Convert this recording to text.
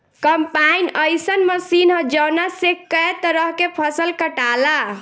combine अइसन machine ह जवना से कए तरह के फसल कटाला